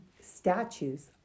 statues